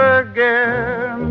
again